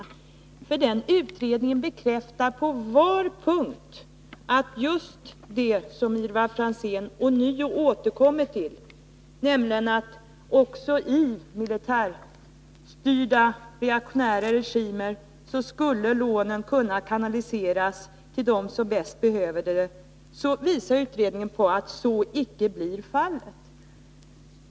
Ivar Franzén återkommer ånyo till att också i militärstyrda reaktionära regimer skulle lånen kunna kanaliseras till dem som bäst behöver hjälp, men utredningen bekräftar att så icke blir fallet.